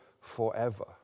forever